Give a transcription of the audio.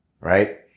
right